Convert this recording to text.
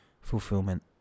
fulfillment